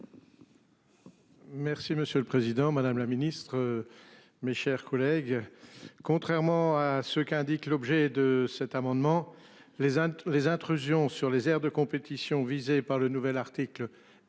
Merci, monsieur le Président Madame la Ministre. Mes chers collègues. Contrairement à ce qu'indique l'objet de cet amendement les les intrusions sur les aires de compétition visés par le nouvel article L